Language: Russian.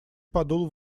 подул